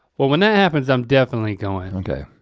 well, when that happens, i'm definitely going. okay.